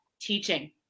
teaching